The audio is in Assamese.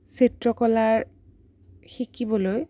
চিত্ৰকলা শিকিবলৈ